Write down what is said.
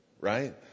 right